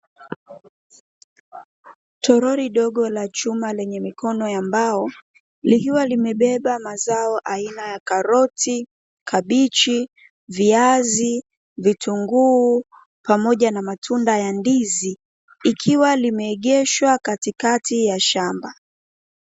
Toroli dogo ya chuma lenye mikono ya mbao, likiwa limebeba mazao aina ya karoti, kabichi, viazi, vitunguu pamoja na matunda ya ndizi, likiwa limeegeshwa katikati ya shamba.